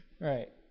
Right